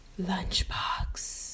lunchbox